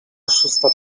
szósta